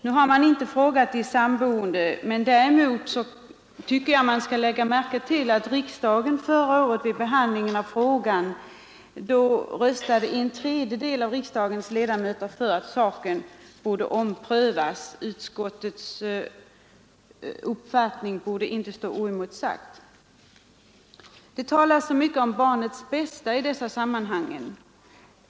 Nu har man inte frågat de samboende om deras mening, men jag tycker att man bör lägga märke till att då riksdagen förra året behandlade frågan röstade en tredjedel av ledamöterna för att saken borde omprövas och att utskottets uppfattning inte skulle stå oemotsagd. Det talas i dessa sammanhang mycket om barnets bästa.